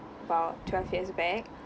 about twelve years back